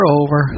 over